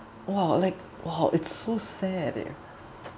!wah! like !wah! it's so sad eh